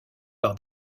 par